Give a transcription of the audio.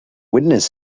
witness